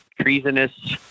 treasonous